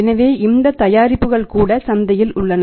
எனவே இந்த தயாரிப்புகள் கூட சந்தையில் உள்ளன